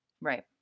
right